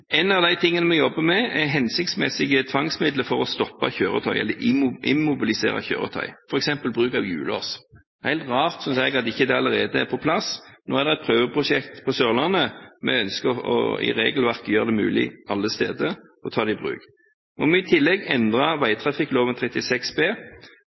En av de tingene vi jobber med, er hensiktsmessige tvangsmidler for å stoppe kjøretøy, eller immobilisere kjøretøy, f.eks. bruk av hjullås. Det er helt rart, synes jeg, at det ikke allerede er på plass. Nå er det et prøveprosjekt på Sørlandet. Vi ønsker i regelverket å gjøre det mulig å ta det i bruk alle steder. Når vi i tillegg endrer vegtrafikkloven § 36 b,